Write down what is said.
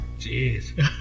jeez